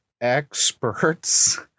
experts